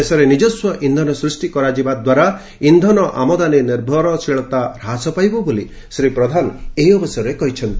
ଦେଶରେ ନିଜସ୍ୱ ଇନ୍ଧନ ସୃଷ୍ଟି କରାଯିବା ଦ୍ୱାରା ଇନ୍ଧନ ଆମଦାନୀ ନିର୍ଭରଶୀଳତା ହ୍ରାସ ପାଇବ ବୋଲି ଶ୍ରୀ ପ୍ରଧାନ ଏହି ଅବସରରେ କହିଥିଲେ